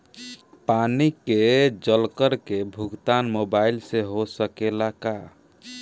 पानी के जल कर के भुगतान मोबाइल से हो सकेला का?